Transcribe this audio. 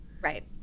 Right